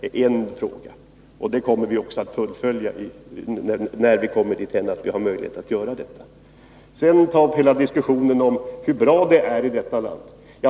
Det löftet kommer vi att infria när vi får möjlighet att göra det. Elver Jonsson talade om hur bra det är här i landet.